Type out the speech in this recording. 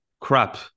crap